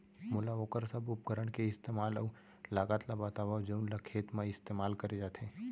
मोला वोकर सब उपकरण के इस्तेमाल अऊ लागत ल बतावव जउन ल खेत म इस्तेमाल करे जाथे?